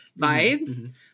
vibes